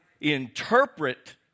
interpret